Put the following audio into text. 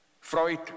Freud